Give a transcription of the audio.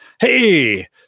Hey